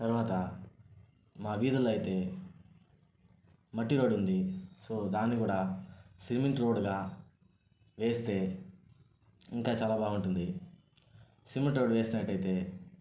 తర్వాత మా వీధుల్లో అయితే మట్టి రోడ్ ఉంది సో దాన్ని కూడా సిమెంట్ రోడ్గా వేస్తే ఇంకా చాలా బాగుంటుంది సిమెంట్ రోడ్ వేసినట్టయితే